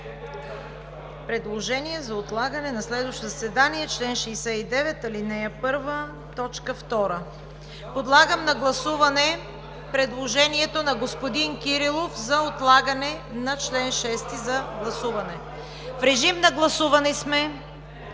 предложение за отлагане на следващо заседание чл. 69, ал. 1, т. 2. Подлагам на гласуване предложението на господин Кирилов за отлагане на чл. 6 за гласуване. Гласували 213